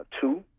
two